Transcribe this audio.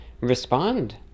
respond